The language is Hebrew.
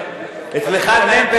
אצלך עדיין פתק.